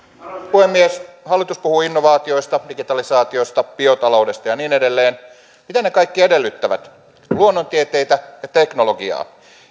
puhemies hallitus puhuu innovaatioista digitalisaatiosta biotaloudesta ja niin edelleen mitä ne kaikki edellyttävät luonnontieteitä ja teknologiaa